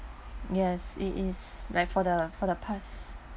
yes it is like for the for the past